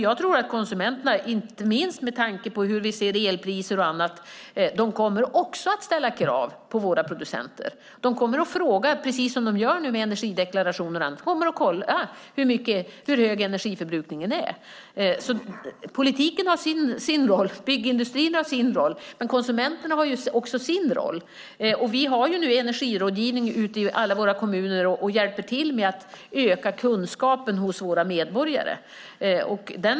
Jag tror att också konsumenterna, inte minst med tanke på elpriser och annat, kommer att ställa krav på våra producenter. Precis som görs med energideklarationen och annat kommer man att kolla hur hög energiförbrukningen är. Politiken har sin roll och byggindustrin sin roll, men också konsumenterna har sin roll. Vi har nu energirådgivning ute i alla kommuner och hjälper till med att öka kunskapen hos våra medborgare.